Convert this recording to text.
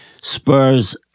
Spurs